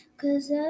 Cause